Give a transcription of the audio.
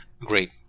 great